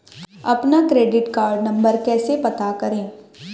अपना credit card number कैसे पता करें?